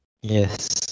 Yes